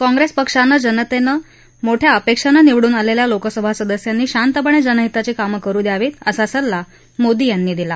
काँग्रेस पक्षानं जनतेनं मोठ्या अपेक्षेनं निवडून आलेल्या लोकसभा सदस्यांनी शांतपणे जनहिताची कामं करु द्यावी असा सल्ला मोदी यांनी दिला